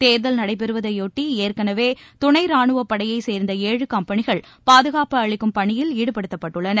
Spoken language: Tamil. தேர்தல் நடைபெறுவதையொட்டி ஏற்கெனவே துணை ரானுவப்படையைச் சேர்ந்த ஏழு கம்பெனிகள் பாதுகாப்பு அளிக்கும் பணியில் ஈடுபட்டுள்ளனர்